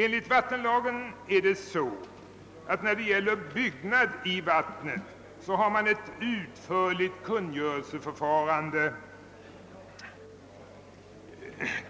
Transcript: Enligt vattenlagen har man i fråga om byggnad i vatten ett utförligt kungörelseförfarande.